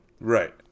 Right